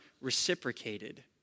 reciprocated